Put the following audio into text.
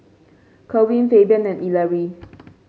Kerwin Fabian and Ellery